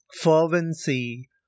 fervency